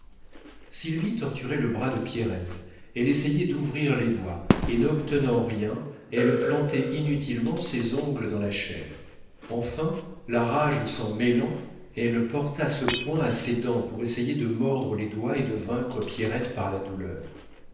sylvie torturait le bras de pierrette elle essayait d'ouvrir les doigts et n'obtenant rien elle plantait inutilement ses ongles dans la chair enfin la rage s'en mêlant elle porta ce poing à ses dents pour essayer de mordre les doigts et de vaincre pierrette par la douleur